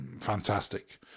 fantastic